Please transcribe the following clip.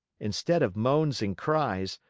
instead of moans and cries,